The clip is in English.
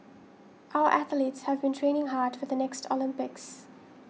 our athletes have been training hard for the next Olympics